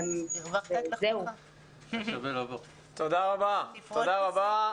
תודה רבה.